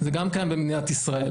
זה גם קיים במדינת ישראל.